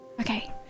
Okay